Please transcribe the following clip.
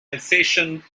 alsatian